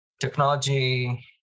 technology